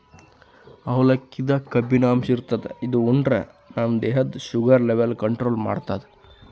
ಅವಲಕ್ಕಿದಾಗ್ ಕಬ್ಬಿನಾಂಶ ಇರ್ತದ್ ಇದು ಉಂಡ್ರ ನಮ್ ದೇಹದ್ದ್ ಶುಗರ್ ಲೆವೆಲ್ ಕಂಟ್ರೋಲ್ ಮಾಡ್ತದ್